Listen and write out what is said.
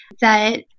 that-